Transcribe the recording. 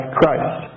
Christ